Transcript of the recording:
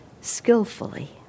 skillfully